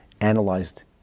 analyzed